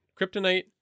Kryptonite